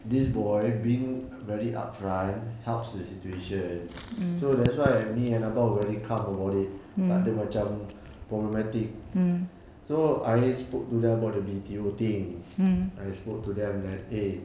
this boy being very upfront helps the situation so that's why me and abah were very calm about it tak ada macam problematic so I spoke to them about the video thing I spoke to them that eh